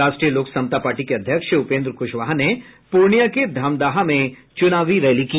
राष्ट्रीय लोक समता पार्टी के अध्यक्ष उपेन्द्र कुशवाहा ने पूर्णिया के धमदाहा में चुनावी रैली की